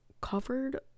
covered